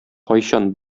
кайчан